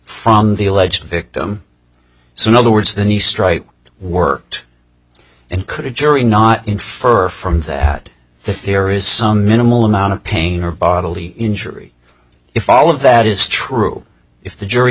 from the alleged victim so in other words the nice stright worked and could a jury not infer from that that there is some minimal amount of pain or bodily injury if all of that is true if the jury